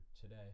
today